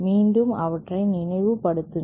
மீண்டும் அவற்றை நினைவு படுத்துங்கள்